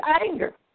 anger